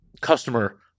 customer